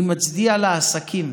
אני מצדיע לעסקים.